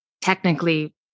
technically